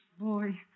Boy